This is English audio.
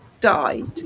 died